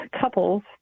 couples